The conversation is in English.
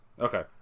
okay